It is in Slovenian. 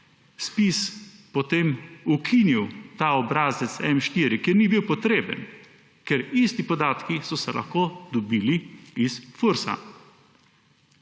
ZPIZ potem ukinil ta obrazec M-4, ker ni bil potreben, ker isti podatki so se lahko dobili iz Fursa.